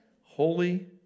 Holy